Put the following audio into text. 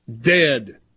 Dead